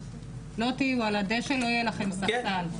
לא תהיו על הדשא לא יהיה לכן -- כן,